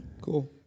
cool